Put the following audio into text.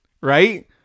right